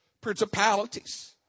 Principalities